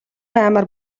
аймаар